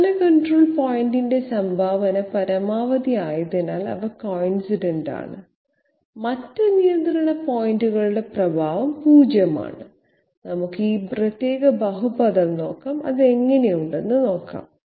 അവസാന കൺട്രോൾ പോയിന്റിന്റെ സംഭാവന പരമാവധി ആയതിനാൽ അവ കോയിൻസിഡന്റാണ് മറ്റ് നിയന്ത്രണ പോയിന്റുകളുടെ പ്രഭാവം 0 ആണ് നമുക്ക് ഈ പ്രത്യേക ബഹുപദം നോക്കാം അത് എങ്ങനെയുണ്ടെന്ന് നോക്കാം